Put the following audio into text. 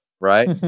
right